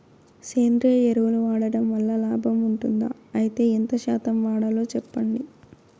సేంద్రియ ఎరువులు వాడడం వల్ల లాభం ఉంటుందా? అయితే ఎంత శాతం వాడాలో చెప్పండి?